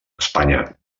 espanya